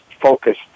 focus